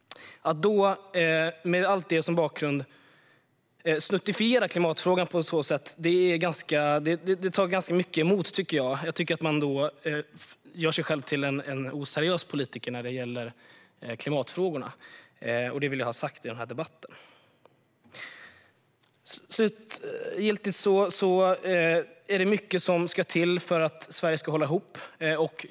Att med allt detta som bakgrund snuttifiera klimatfrågan på detta sätt tycker jag tar emot. Då gör man sig själv till en oseriös politiker när det gäller klimatfrågorna, och det vill jag ha sagt i denna debatt. Det är mycket som ska till för att Sverige ska hålla ihop.